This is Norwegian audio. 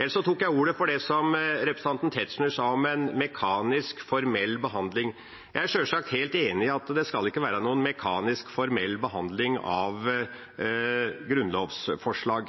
Ellers tok jeg ordet til det som representanten Tetzschner sa om en mekanisk, formell behandling. Jeg er sjølsagt helt enig i at det ikke skal være noen mekanisk, formell behandling av grunnlovsforslag.